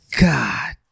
God